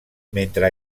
mentre